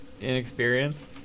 inexperienced